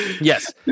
Yes